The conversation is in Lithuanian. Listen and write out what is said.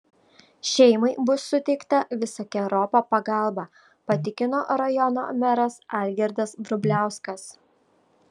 šeimai bus suteikta visokeriopa pagalba patikino rajono meras algirdas vrubliauskas